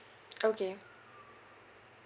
okay